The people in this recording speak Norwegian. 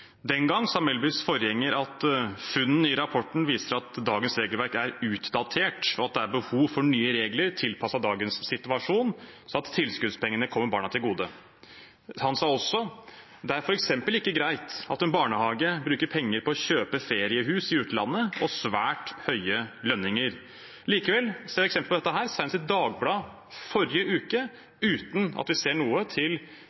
Den gang sa Melbys forgjenger at funnene i rapporten viser at dagens regelverk er utdatert, og at det er behov for nye regler tilpasset dagens situasjon, sånn at tilskuddspengene kommer barna til gode. Han sa også: «Det er for eksempel ikke greit at en barnehage bruker penger på å kjøpe feriehus i utlandet og svært høye lønninger».» Likevel ser vi eksempel på dette, senest i Dagbladet forrige uke, uten at vi ser noe til